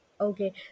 Okay